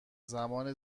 زمان